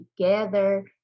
together